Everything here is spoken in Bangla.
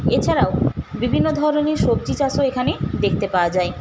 এছাড়াও বিভিন্ন ধরনের সবজি চাষও এখানে দেখতে পাওয়া যায়